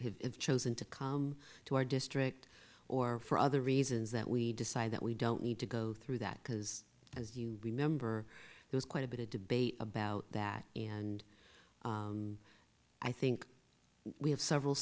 have chosen to come to our district or for other reasons that we decide that we don't need to go through that because as you remember there's quite a bit of debate about that and i think we have several